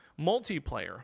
multiplayer